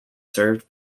served